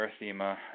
erythema